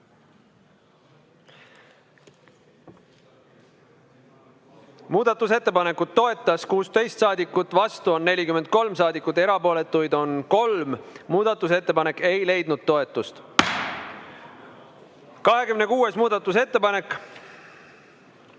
Muudatusettepanekut toetas 16 saadikut, vastu on 43 saadikut, erapooletuid on 3. Muudatusettepanek ei leidnud toetust. 26. muudatusettepanek,